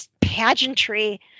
pageantry